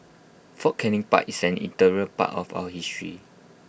fort Canning park is an integral part of our history